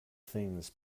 things